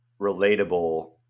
relatable